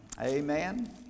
Amen